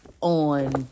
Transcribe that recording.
on